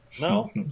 No